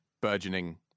burgeoning